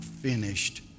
finished